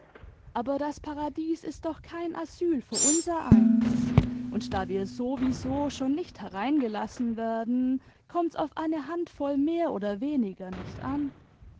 aber das paradies ist dock kein asyl für unsereins und da wir so wie so schon nicht hereingelassen werden kommt's auf eine hand voll mehr oder weniger nicht an